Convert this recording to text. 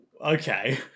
okay